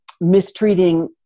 mistreating